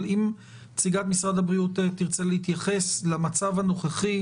האם נציגת משרד הבריאות תרצה להתייחס למצב הנוכחי